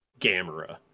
Gamera